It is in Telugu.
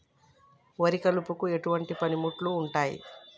వరి కలుపుకు ఎటువంటి పనిముట్లు ఉంటాయి?